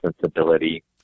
Sensibility